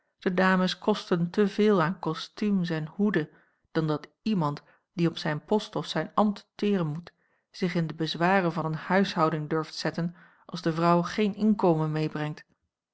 de dames kosten te veel aan kostumes en hoeden dan dat iemand die op zijn post of zijn ambt teren moet zich in de bezwaren van eene huishouding durft zetten als de vrouw geen inkomen meebrengt